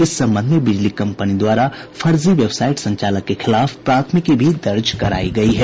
इस संबंध में बिजली कम्पनी द्वारा फर्जी वेबसाईट संचालक के खिलाफ प्राथमिकी भी दर्ज करायी है